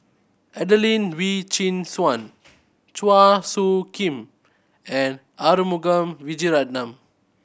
Adelene Wee Chin Suan Chua Soo Khim and Arumugam Vijiaratnam